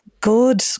good